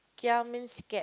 kia means scared